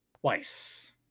twice